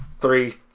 three